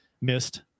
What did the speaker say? missed